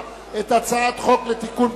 את הצעת חוק הביטוח הלאומי (תיקון,